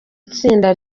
itsinda